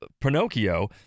Pinocchio